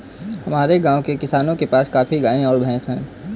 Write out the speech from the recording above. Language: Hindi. हमारे गाँव के किसानों के पास काफी गायें और भैंस है